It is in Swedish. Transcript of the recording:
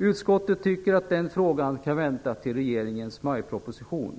Utskottet tycker att den här frågan kan vänta till regeringens majproposition.